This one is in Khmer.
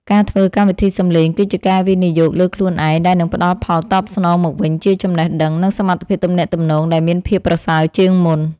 ការធ្វើកម្មវិធីសំឡេងគឺជាការវិនិយោគលើខ្លួនឯងដែលនឹងផ្តល់ផលតបស្នងមកវិញជាចំណេះដឹង និងសមត្ថភាពទំនាក់ទំនងដែលមានភាពប្រសើរជាងមុន។